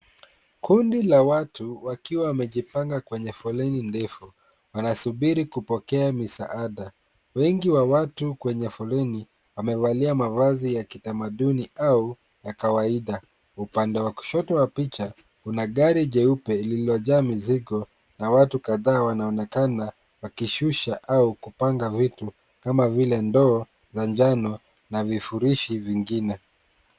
Kundi la watu wakiwa wamejipanga kwenye foleni ndefu. Wanasubiri kupokea misaada. Wengi wa watu kwenye foleni wamevalia mavazi ya kitamaduni au ya kawaida. Upande wa kushoto wa picha kuna gari jeupe lililojaa mizigo na watu kadhaa wanaonekana wakishusha au kupanga vitu kama vile ndoo, za njano na vifurishi vingine.